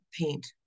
paint